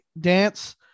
dance